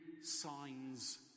signs